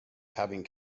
having